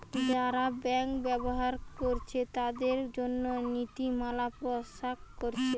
যারা ব্যাংক ব্যবহার কোরছে তাদের জন্যে নীতিমালা প্রকাশ কোরছে